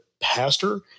pastor